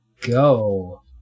go